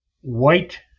white